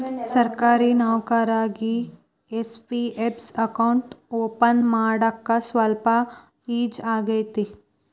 ಸರ್ಕಾರಿ ನೌಕರದಾರಿಗಿ NPS account open ಮಾಡಾಕ ಸ್ವಲ್ಪ ಈಜಿ ಆಗತೈತ